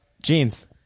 Jeans